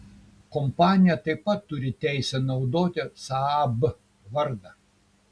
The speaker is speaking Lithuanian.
kompanija taip pat turi teisę naudoti saab vardą